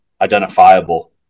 identifiable